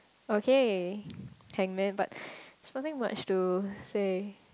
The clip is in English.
okay hangman but there's nothing much to say